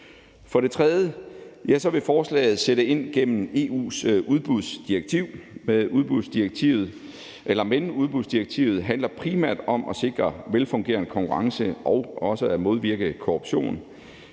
For det tredje vil forslaget sætte ind gennem EU's udbudsdirektiv, men udbudsdirektivet handler primært om at sikre velfungerende konkurrence og også at modvirke korruption.